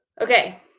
Okay